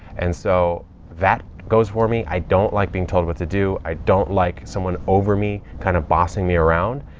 and so that goes for me. i don't like being told what to do. i don't like someone over me kind of bossing me around.